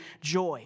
joy